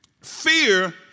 fear